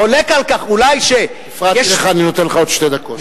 חולק על כך, הפרעתי לך, אני נותן לך עוד שתי דקות.